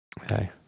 Okay